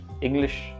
English